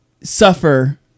suffer